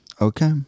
Okay